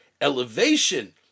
elevation